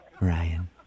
Ryan